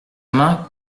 main